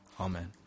Amen